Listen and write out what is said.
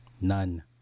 none